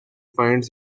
finds